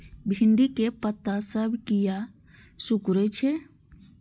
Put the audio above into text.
भिंडी के पत्ता सब किया सुकूरे छे?